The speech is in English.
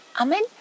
Amen